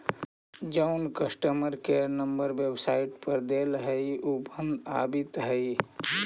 जउन customer care number website पर देल हई ऊ नंबर बंद आबित हई